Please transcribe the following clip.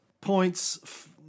points